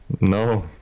no